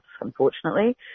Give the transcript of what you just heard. unfortunately